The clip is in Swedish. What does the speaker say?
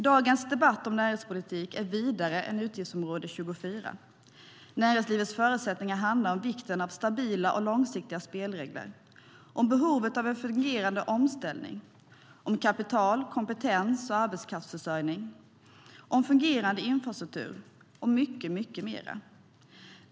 Dagens debatt om näringspolitik är vidare än utgiftsområde 24. Näringslivets förutsättningar handlar om vikten av stabila och långsiktiga spelregler, om behovet av fungerande omställning, om kapital, kompetens och arbetskraftsförsörjning, om fungerande infrastruktur och mycket mer.